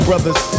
Brothers